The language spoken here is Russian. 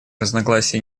разногласий